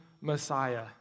Messiah